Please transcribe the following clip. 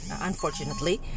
unfortunately